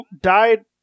died